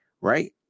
right